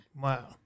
wow